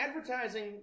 advertising